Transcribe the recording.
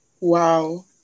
Wow